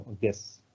Yes